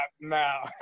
now